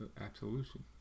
absolution